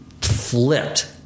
flipped